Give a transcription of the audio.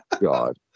God